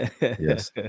yes